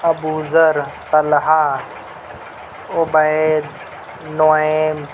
Abuzar Talha Ubaid Naeem